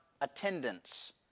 attendance